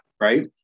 right